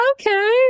okay